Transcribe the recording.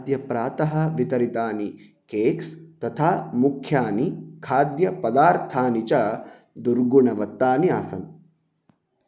अद्य प्रातः वितरितानि केक्स् तथा मुख्यानि खाद्यपदार्थानि च दुर्गुणवत्तानि आसन्